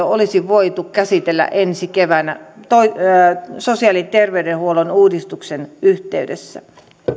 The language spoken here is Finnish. olisi voitu käsitellä ensi keväänä sosiaali ja terveydenhuollon uudistuksen yhteydessä